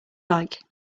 like